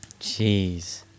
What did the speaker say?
Jeez